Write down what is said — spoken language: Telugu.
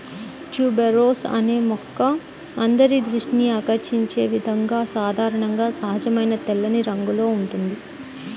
ట్యూబెరోస్ అనే మొక్క అందరి దృష్టిని ఆకర్షించే విధంగా సాధారణంగా సహజమైన తెల్లని రంగులో ఉంటుంది